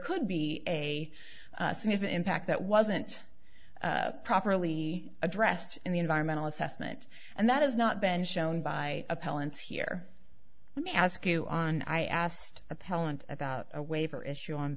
could be a significant impact that wasn't properly addressed in the environmental assessment and that has not been shown by appellants here let me ask you on i asked appellant about a waiver issue on